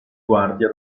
guardia